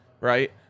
right